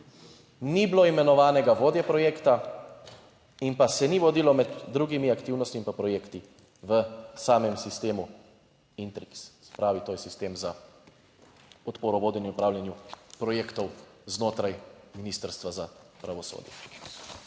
ni bilo imenovanega vodje projekta in pa se ni vodilo med drugimi aktivnostmi in pa projekti v samem sistemu Intrix, se pravi, to je sistem za podporo vodenju in upravljanju projektov znotraj Ministrstva za pravosodje.